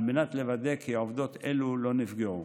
על מנת לוודא כי עובדות אלו לא נפגעו.